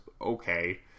okay